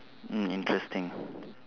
mm interesting